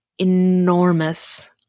enormous